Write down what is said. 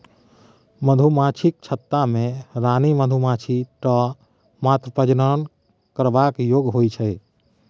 मधुमाछीक छत्ता मे रानी मधुमाछी टा मात्र प्रजनन करबाक योग्य होइ छै